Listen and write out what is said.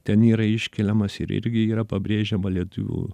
ten yra iškeliamas ir irgi yra pabrėžiama lietuvių